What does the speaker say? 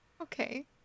Okay